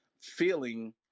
feeling